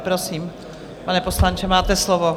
Prosím, pane poslanče, máte slovo.